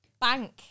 bank